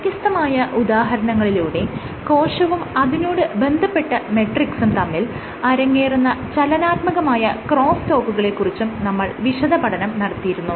വ്യത്യസ്തമായ ഉദാഹരണങ്ങളിലൂടെ കോശവും അതിനോട് ബന്ധപ്പെട്ട മെട്രിക്സും തമ്മിൽ അരങ്ങേറുന്ന ചലനാത്മകമായ ക്രോസ്സ് ടോക്കുകളെ കുറിച്ചും നമ്മൾ വിശദപഠനം നടത്തിയിരുന്നു